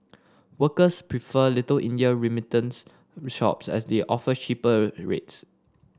workers prefer Little India remittance shops as they offer cheaper rates